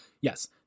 Yes